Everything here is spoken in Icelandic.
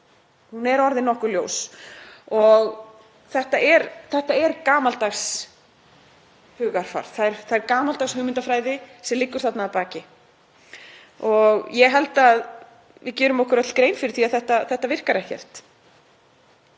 er orðin nokkuð ljós. Þetta er gamaldags hugarfar, það er gamaldags hugmyndafræði sem liggur þarna að baki. Ég held að við gerum okkur öll grein fyrir því að þetta virkar ekkert.